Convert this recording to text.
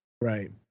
Right